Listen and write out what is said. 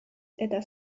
eta